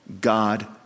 God